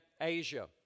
Asia